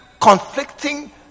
conflicting